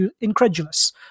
incredulous